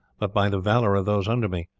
but by the valour of those under me,